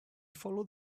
followed